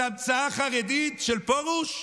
זה המצאה חרדית של פרוש?